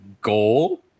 goal